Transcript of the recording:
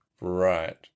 Right